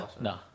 No